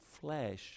flesh